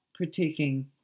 critiquing